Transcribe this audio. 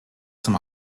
zum